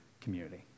community